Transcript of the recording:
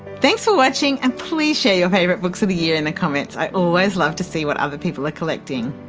thanks for watching, and please share your favorite books of the year in the comments, i always love to see what other people are collecting.